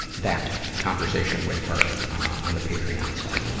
that conversation with her on the patreon site.